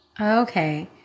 Okay